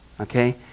Okay